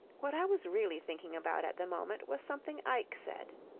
what i was really thinking about at the moment was something ike said.